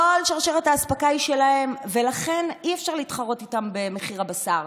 כל שרשרת האספקה היא שלהם ולכן אי-אפשר להתחרות איתם במחיר הבשר,